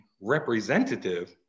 representative